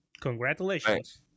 congratulations